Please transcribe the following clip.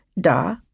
Da